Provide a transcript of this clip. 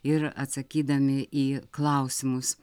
ir atsakydami į klausimus